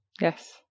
yes